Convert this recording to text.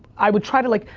i would try to like,